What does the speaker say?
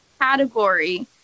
Category